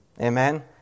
Amen